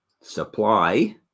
supply